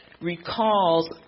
recalls